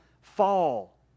fall